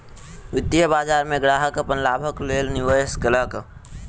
वित्तीय बाजार में ग्राहक अपन लाभक लेल निवेश केलक